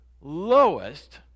lowest